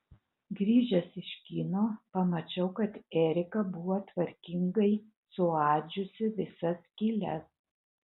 grįžęs iš kino pamačiau kad erika buvo tvarkingai suadžiusi visas skyles